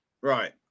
right